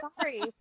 sorry